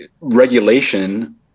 regulation